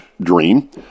dream